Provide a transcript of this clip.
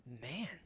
Man